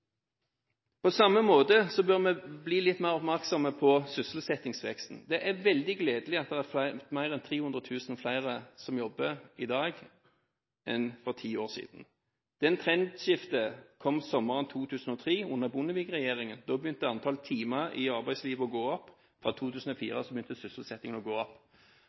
På samme måte bør vi bli litt mer oppmerksomme på sysselsettingsveksten. Det er veldig gledelig at det er mer enn 300 000 flere som jobber i dag enn for ti år siden. Det trendskiftet kom sommeren 2003 under Bondevik-regjeringen. Da begynte antallet timer i arbeidslivet å gå opp, og fra 2004 begynte sysselsettingen å gå opp.